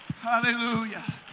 Hallelujah